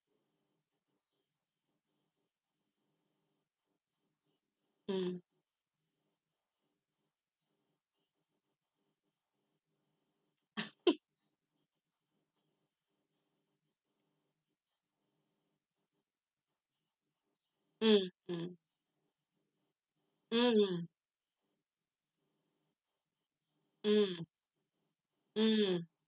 mm mm mm mm mm mm